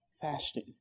fasting